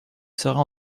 serait